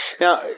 Now